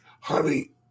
Honey